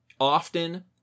often